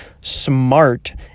SMART